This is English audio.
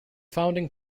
founding